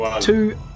Two